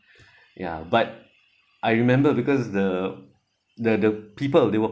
ya but I remember because the the the people they will